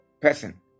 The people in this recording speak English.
person